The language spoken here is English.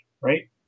right